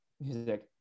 music